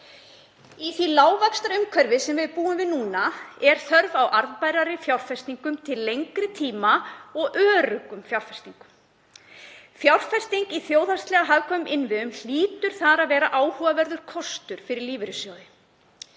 Í því lágvaxtaumhverfi sem við búum við núna er þörf á arðbærari fjárfestingum til lengri tíma og öruggum fjárfestingum. Fjárfesting í þjóðhagslega hagkvæmum innviðum hlýtur þar að vera áhugaverður kostur fyrir lífeyrissjóði.